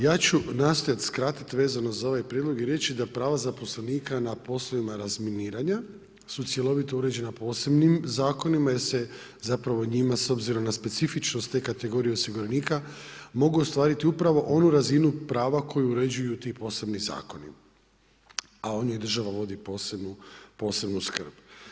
Ja ću nastojat skratiti vezano za ovaj prijedlog i reći da prava zaposlenika na poslovima razminiranja su cjelovito uređena posebnim zakonima jer se njima s obzirom na specifičnost te kategorija osiguranika mogu ostvariti upravo onu razinu prava koju uređuju ti posebni zakoni, a o njoj država vodi posebnu skrb.